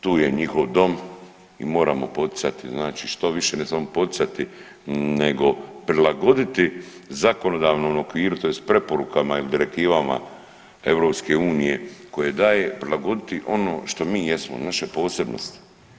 Tu je njihov dom i moramo poticati znači štoviše, ne samo poticati nego prilagoditi zakonodavnom okviru tj. preporukama ili direktivama EU koje daje, prilagoditi ono što mi jesmo i naše posebnosti.